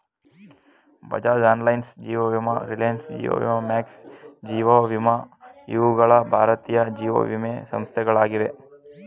Bajaj Allianz, ಜೀವ ವಿಮಾ ರಿಲಯನ್ಸ್, ಜೀವ ವಿಮಾ ಮ್ಯಾಕ್ಸ್, ಜೀವ ವಿಮಾ ಇವುಗಳ ಭಾರತೀಯ ಜೀವವಿಮೆ ಸಂಸ್ಥೆಗಳಾಗಿವೆ